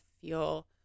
feel